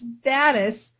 status